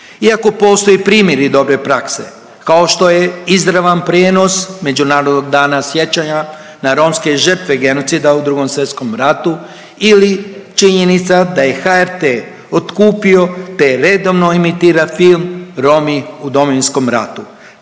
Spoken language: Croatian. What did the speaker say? Iako postoje primjeri dobre prakse kao što je izravan prijenos Međunarodnog dana sjećanja na romske žrtve genocida u II. Svjetskom ratu ili činjenica da je HRT otkupio, te redovno emitira film „Romi u Domovinskom ratu“.